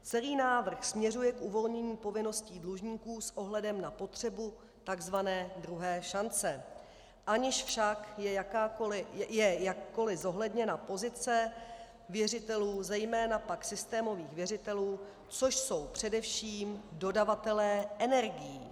Celý návrh směřuje k uvolnění povinností dlužníků s ohledem na potřebu tzv. druhé šance, aniž však je jakkoli zohledněna pozice věřitelů, zejména pak systémových věřitelů, což jsou především dodavatelé energií.